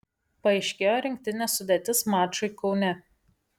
paaiškėjo rinktinės sudėtis mačui kaune